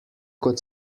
kot